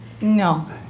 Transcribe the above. No